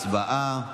הצבעה.